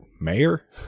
mayor